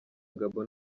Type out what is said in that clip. gabon